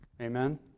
Amen